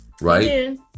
Right